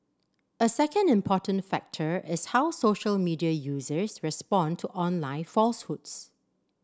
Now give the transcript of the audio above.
a second important factor is how social media users respond to online falsehoods